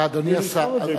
אדוני השר,